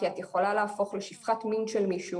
כי את יכולה להפוך לשפחת מין של מישהו